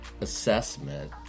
assessment